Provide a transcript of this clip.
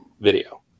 video